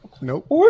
nope